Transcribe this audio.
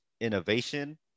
innovation